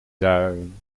tuin